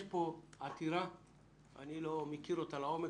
יש פה עתירה שאני לא מכיר אותה לעומק,